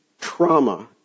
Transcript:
trauma